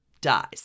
dies